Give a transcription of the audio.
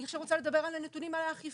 אני עכשיו רוצה לדבר על הנתונים על האכיפה,